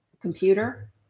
computer